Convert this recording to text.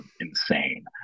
insane